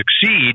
succeed